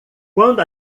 quando